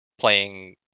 playing